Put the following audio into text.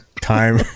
time